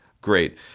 great